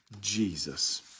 Jesus